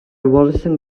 wallace